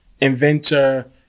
inventor